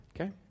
Okay